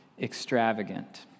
extravagant